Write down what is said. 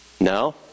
No